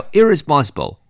irresponsible